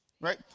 Right